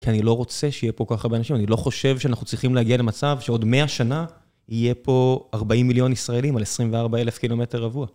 כי אני לא רוצה שיהיה פה כל כך הרבה אנשים, אני לא חושב שאנחנו צריכים להגיע למצב שעוד 100 שנה, יהיה פה 40 מיליון ישראלים על 24 אלף קילומטר רבוע.